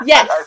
Yes